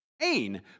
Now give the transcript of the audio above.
pain